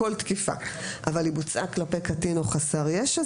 כל תקיפה אבל היא בוצעה כלפי קטין או חסר ישע,